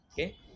okay